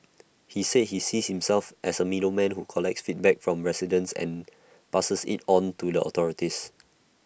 he said he sees himself as A middleman who collects feedback from residents and passes IT on to the authorities